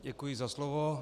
Děkuji za slovo.